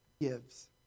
gives